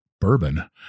bourbon